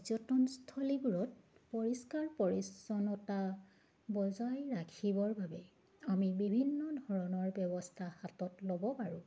পৰ্যটনস্থলীবোৰত পৰিষ্কাৰ পৰিচ্ছন্নতা বজাই ৰাখিবৰ বাবে আমি বিভিন্ন ধৰণৰ ব্যৱস্থা হাতত ল'ব পাৰোঁ